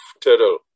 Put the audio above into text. turtle